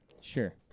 Sure